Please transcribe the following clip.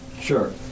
Sure